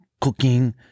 cooking